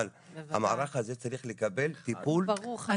אבל המערך הזה צריך לקבל טיפול מ-א' עד ת'.